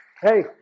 Hey